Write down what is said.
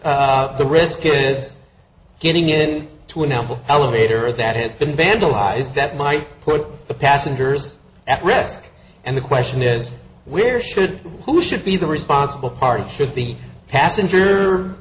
case the risk is getting in to announce an elevator that has been vandalized that might put the passengers at rest and the question is where should who should be the responsible party should the passenger